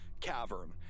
cavern